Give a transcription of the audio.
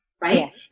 right